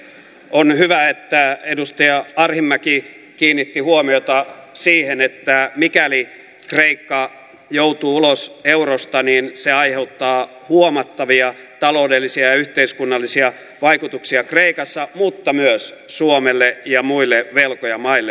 on hyvä että edustaja arhinmäki kiinnitti huomiota siihen että mikäli kreikka joutuu ulos eurosta niin se aiheuttaa huomattavia taloudellisia ja yhteiskunnallisia vaikutuksia kreikassa mutta myös suomelle ja muille velkojamaille